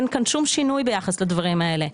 אין כאן שום שינוי ביחס לדברים האלה,